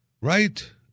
right